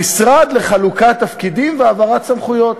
המשרד לחלוקת תפקידים והעברת סמכויות.